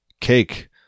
cake